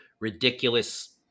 ridiculous